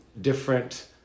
different